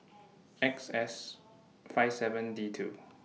X S five seven D two